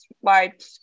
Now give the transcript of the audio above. white